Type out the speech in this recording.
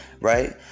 right